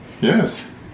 Yes